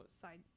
side